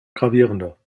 gravierender